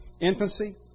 infancy